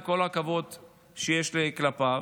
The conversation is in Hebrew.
עם כל הכבוד שיש לי כלפיו,